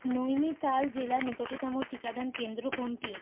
নৈনিতাল জেলার নিকটতম টিকাদান কেন্দ্র কোনটি